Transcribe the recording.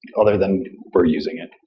other than we're using it.